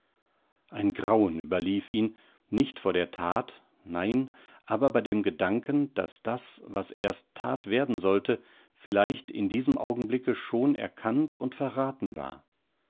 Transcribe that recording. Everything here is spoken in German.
ein grauen überlief ihn nicht vor der that nein aber bei dem gedanken daß das was erst that werden sollte vielleicht in diesem augenblicke schon erkannt und verrathen war